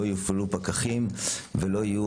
לא יופעלו פקחים ולא יהיו